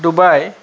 Dubai